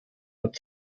mit